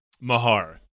Mahar